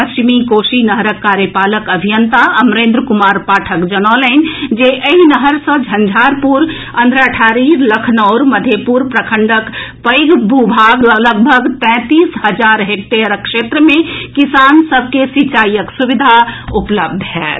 पश्चिमी कोशी नहरक कार्यपालक अभियंता अमरेन्द्र कुमार पाठक जनौलनि जे एहि नहर सॅ झंझारपुर अंधराठाढ़ी लखनौर मधेपुर प्रखंडक पैघ भूभाग लगभग तैंतीस हजार हेक्टेयर क्षेत्र मे किसान सभ के सिंचाईक सुविधा उपलब्ध होयत